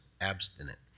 abstinent